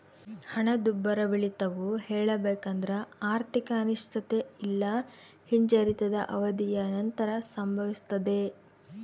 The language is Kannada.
ಹಣದುಬ್ಬರವಿಳಿತವು ಹೇಳಬೇಕೆಂದ್ರ ಆರ್ಥಿಕ ಅನಿಶ್ಚಿತತೆ ಇಲ್ಲಾ ಹಿಂಜರಿತದ ಅವಧಿಯ ನಂತರ ಸಂಭವಿಸ್ತದೆ